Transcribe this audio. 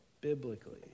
biblically